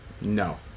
No